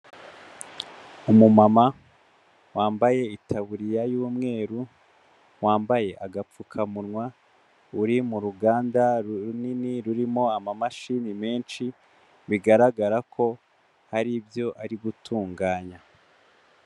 Umumama wambaye itaburiya y'umweru, wambaye agapfukamunwa, uri mu ruganda runini rurimo amamashini menshi bigaragara ko hari ibyo ari gutunganya.